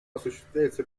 осуществляется